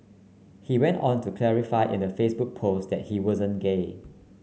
he went on to clarify in the Facebook post that he wasn't gay